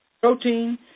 Protein